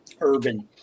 urban